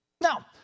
Now